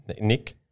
Nick